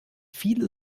viele